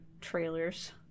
trailers